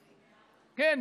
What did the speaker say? כן,